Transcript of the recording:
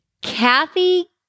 Kathy